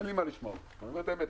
אין לי מה לשמוע אותו, אני אומר את האמת.